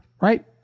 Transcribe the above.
right